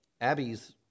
Abby's